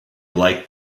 like